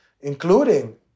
including